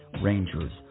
Rangers